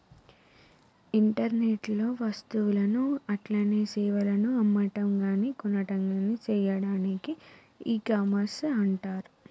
internet లో వస్తువులను అట్లనే సేవలను అమ్మటంగాని కొనటంగాని సెయ్యాడాన్ని ఇకామర్స్ అంటర్